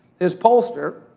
his pollster,